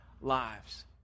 lives